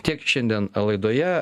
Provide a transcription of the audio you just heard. tiek šiandien laidoje